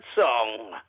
song